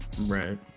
right